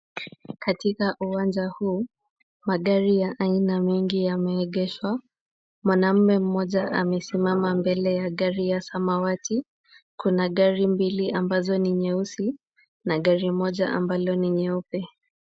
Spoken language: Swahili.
Katika uwanja huu magari ya aina mengi yameegeshwa. Mwanamume mmoja amesimama mbele ya gari ya samawati, kuna gari mbili ambazo ni nyesusi na gari moja ambalo ni nyeupe.